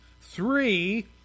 three